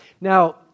Now